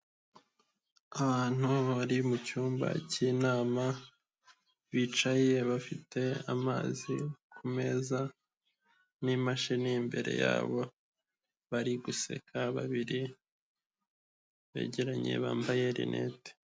Abantu bari mu cyumba cy'inama bicaye bafite amazi ku meza n'imashini imbere yabo bari guseka babiri begeranye bambaye rinete.